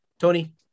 Tony